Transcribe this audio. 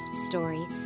story